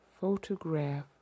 Photograph